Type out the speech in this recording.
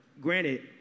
Granted